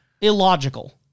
illogical